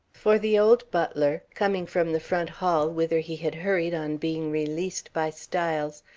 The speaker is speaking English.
for the old butler, coming from the front hall whither he had hurried on being released by styles,